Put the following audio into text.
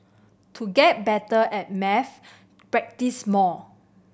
to get better at maths practise more